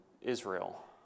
Israel